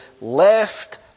left